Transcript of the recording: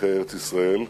מדריכי ארץ-ישראל,